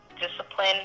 discipline